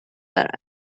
دارد